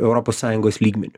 europos sąjungos lygmeniu